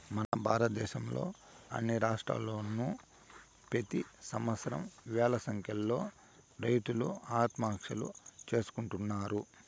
మన భారతదేశంలో అన్ని రాష్ట్రాల్లోనూ ప్రెతి సంవత్సరం వేల సంఖ్యలో రైతులు ఆత్మహత్యలు చేసుకుంటున్నారు